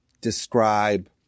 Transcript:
describe